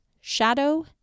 Shadow